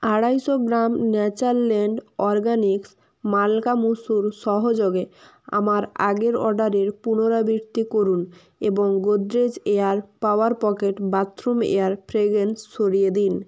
আড়াইশো gram Natureland Organics মালকা মসুর সহযোগে আমার আগের অর্ডারের পুনরাবৃত্তি করুন এবং Godrej air power pocket bathroom air fragrance সরিয়ে দিন